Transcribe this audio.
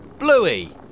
Bluey